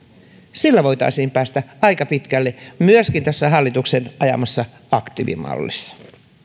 sillä voitaisiin päästä aika pitkälle myöskin hallituksen ajamassa aktiivimallissa